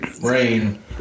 rain